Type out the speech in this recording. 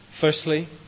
Firstly